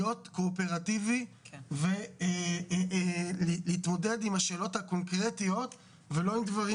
קואופרטיבי ולהתמודד עם השאלות הקונקרטיות ולא עם דברים